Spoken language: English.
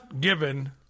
given